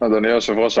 אדוני היושב-ראש,